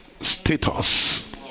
status